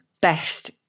best